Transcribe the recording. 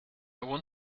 want